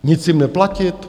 Nic jim neplatit?